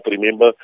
remember